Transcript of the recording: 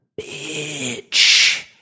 bitch